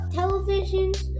televisions